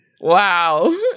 Wow